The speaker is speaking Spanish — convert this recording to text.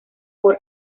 por